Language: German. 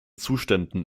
zuständen